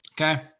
Okay